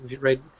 right